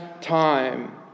time